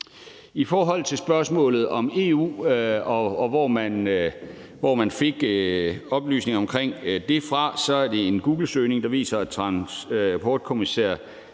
I forhold til spørgsmålet om EU og om, hvor man fik oplysninger omkring det fra, er det en googlesøgning, der viser, at transportkommissær